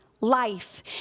life